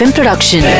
Production